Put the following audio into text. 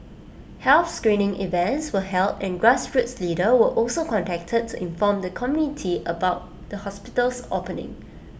health screening events were held and grassroots leaders were also contacted to inform the community about the hospital's opening